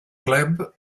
club